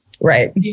right